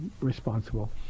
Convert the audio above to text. responsible